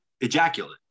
ejaculate